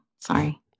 Sorry